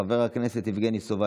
חבר הכנסת גדעון סער,